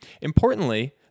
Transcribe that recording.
Importantly